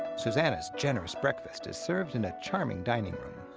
susanna's generous breakfast is served in a charming dining room.